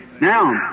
Now